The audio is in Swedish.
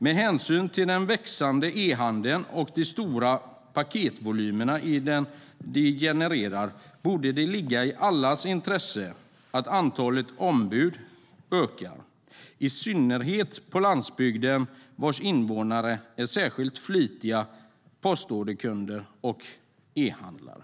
Med hänsyn till den växande e-handeln och de stora paketvolymer som den genererar borde det ligga i allas intresse att antalet ombud ökar, i synnerhet på landsbygden, vars invånare är särskilt flitiga postorderkunder och e-handlare.